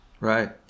right